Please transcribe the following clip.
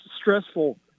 stressful